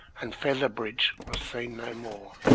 and featherbridge was seen no more.